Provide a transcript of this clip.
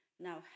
now